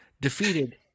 defeated